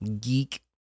Geek